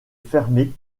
fermés